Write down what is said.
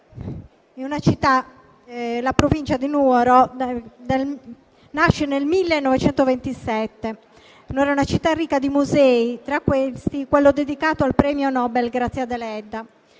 La Provincia di Nuoro nasce nel 1927. Nuoro è una città ricca di musei, tra cui quello dedicato al premio Nobel Grazia Deledda,